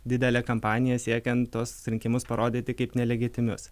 didelė kampanija siekiant tuos rinkimus parodyti kaip nelegitimius